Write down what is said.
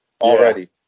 Already